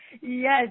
Yes